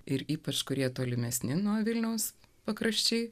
ir ypač kurie tolimesni nuo vilniaus pakraščiai